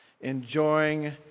enjoying